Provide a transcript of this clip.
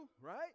Right